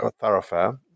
thoroughfare